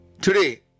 Today